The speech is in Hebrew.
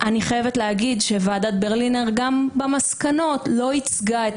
אני חייבת להגיד שוועדת ברלינר גם במסקנות לא ייצגה את